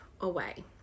away